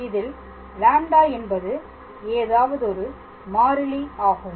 இதில் λ என்பது ஏதாவதொரு மாறிலி ஆகும்